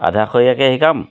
আধাখৰীয়াকৈ শিকাম